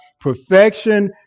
Perfection